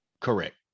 Correct